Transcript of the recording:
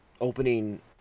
opening